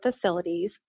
facilities